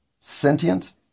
sentient